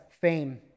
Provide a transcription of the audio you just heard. fame